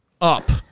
up